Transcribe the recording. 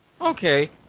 Okay